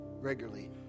regularly